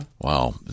Wow